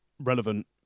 relevant